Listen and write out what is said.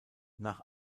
nach